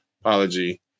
apology